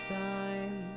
time